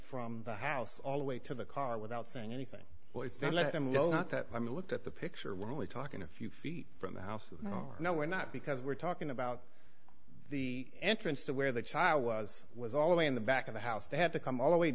from the house all the way to the car without saying anything well it's not let them know not that i mean look at the picture we're only talking a few feet from the house with no no we're not because we're talking about the entrance to where the child was was all the way in the back of the house they had to come all the way